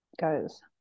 goes